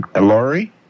Laurie